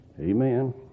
Amen